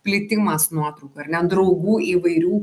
plitimas nuotraukų ar ne draugų įvairių